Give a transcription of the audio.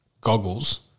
Goggles